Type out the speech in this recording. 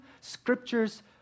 Scripture's